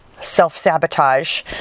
self-sabotage